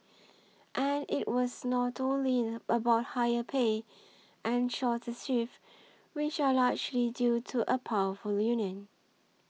and it was not only about higher pay and shorter shifts which are largely due to a powerful union